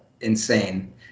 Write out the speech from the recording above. insane